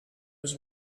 his